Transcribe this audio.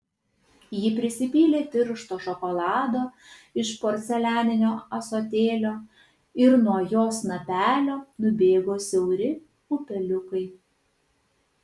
ji prisipylė tiršto šokolado iš porcelianinio ąsotėlio ir nuo jo snapelio nubėgo siauri upeliukai